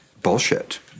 bullshit